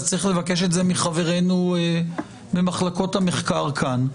אז צריך לבקש את זה מחברינו ממחלקות המחקר כאן.